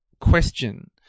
question